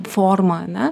forma ar ne